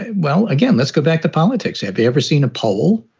well, again, let's go back to politics. have you ever seen a poll?